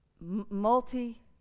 multi